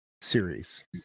series